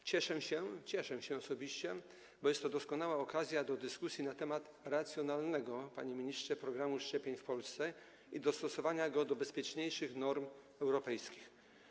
Osobiście się cieszę, bo jest to doskonała okazja do dyskusji na temat racjonalnego, panie ministrze, programu szczepień w Polsce i dostosowania go do bezpieczniejszych norm europejskich.